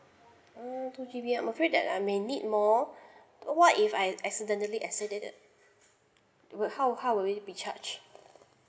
mm two G_B I'm afraid that I may need more what if I accidentally exceed it will how how will it be charged